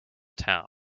town